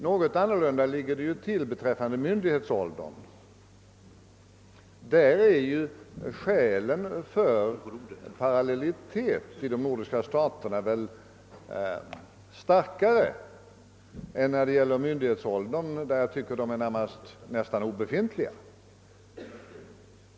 Något annorlunda ligger det till beträffande myndighetsåldern. Därvidlag är skälen för parallellitet i de nordiska staterna starkare än när det gäller rösträttsåldern där de väl tills vidare är närmast obefintliga.